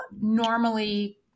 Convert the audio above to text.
normally